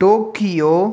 Tokyo